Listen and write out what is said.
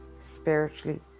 spiritually